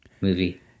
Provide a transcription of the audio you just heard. movie